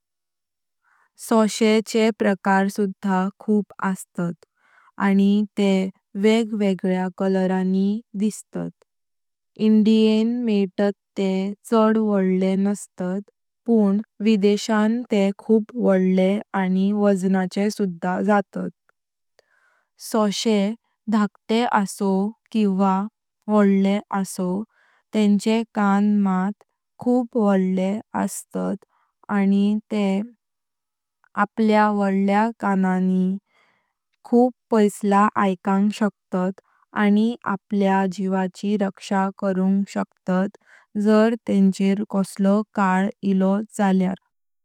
सोशे चे प्रकार सुधा खूप अस्तात। आणि ते वेग वेगळ्या कलरांनी अस्तात। इंडियन मैतात ते चाद वडले नसतात पण विदेशान ते खूप वडले आणि वजनाचे सुधा जातात। सोशे धाकटे असोव किवा वडले तेंचे कान मात खूप वडले अस्तात आणि ते आपल्या वडल्या कानानी खूप पैसला ऐकंच शक्तात आणि आपलो जीव राखपाक शक्तात जर तेंचेर कसलो काळ इलो झाल्यार।